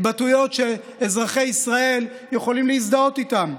התבטאויות שאזרחי ישראל יכולים להזדהות איתן.